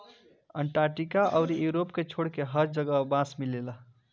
Antarctica अउरी Europe के छोड़के हर जगह बांस मिलेला